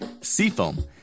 seafoam